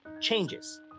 changes